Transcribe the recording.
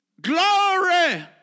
Glory